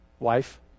wife